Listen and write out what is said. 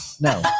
No